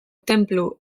tenplu